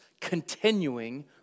continuing